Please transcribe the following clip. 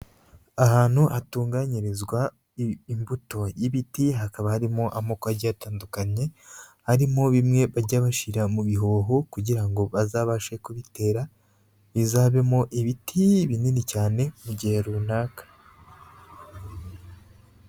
Ahantu hatunganyirizwa imbuto y'ibiti hakaba harimo amoko agiye atandukanye, harimo bimwe bajya bashyira mu bihoho kugira ngo bazabashe kubitera bizabemo ibiti binini cyane mu gihe runaka.